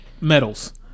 medals